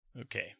Okay